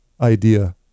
idea